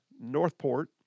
Northport